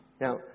Now